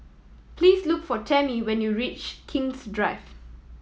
please look for Tammy when you reach King's Drive